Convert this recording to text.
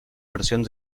versions